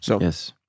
Yes